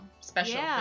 Special